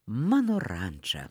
mano ranča